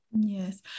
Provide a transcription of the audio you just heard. Yes